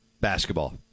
basketball